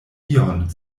ion